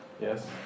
Yes